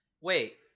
wait